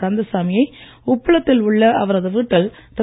கந்தசாமியை உப்பளத்தில் உள்ள அவரது வீட்டில் திரு